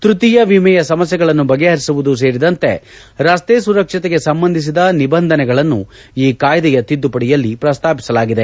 ತೃತೀಯ ವಿಮೆಯ ಸಮಸ್ಥೆಗಳನ್ನು ಬಗೆ ಹರಿಸುವುದು ಸೇರಿದಂತೆ ರಸ್ತೆ ಸುರಕ್ಷತೆಗೆ ಸಂಬಂಧಿಸಿದ ನಿಬಂಧನೆಗಳನ್ನು ಈ ಕಾಯ್ದೆಯ ತಿದ್ದುಪಡಿಯಲ್ಲಿ ಪ್ರಸ್ತಾಪಿಸಲಾಗಿದೆ